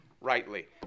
rightly